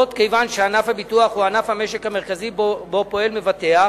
זאת כיוון שענף הביטוח הוא ענף המשק המרכזי שבו פועל מבטח.